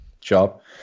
job